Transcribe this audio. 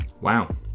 wow